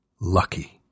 lucky